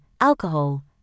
alcohol